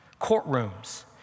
courtrooms